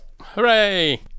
Hooray